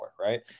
Right